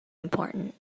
important